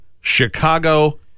chicago